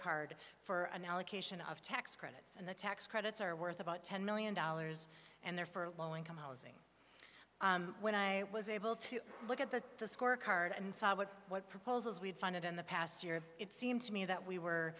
card for an allocation of tax credits and the tax credits are worth about ten million dollars and they're for low income housing when i was able to look at the the scorecard and saw what what proposals we've funded in the past year it seemed to me that we were